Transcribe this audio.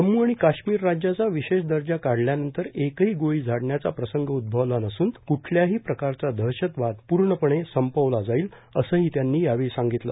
जम्म् आणि काश्मीर राज्याचा विशेष दर्जा काढल्यानंतर एकही गोळी झाडण्याचा प्रसंग उद्भवला नसून कठल्याही प्रकारचा दहशतवाद पूर्णपणे संपवला जाईल असंही त्यांनी सांगितलं